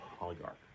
oligarch